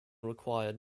required